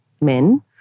men